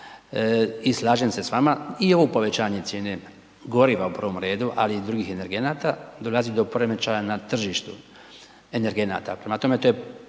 i slažem se s vama i ovo povećanje cijene goriva u prvom redu, ali i drugih energenata, dolazi do poremećaja na tržištu energenata.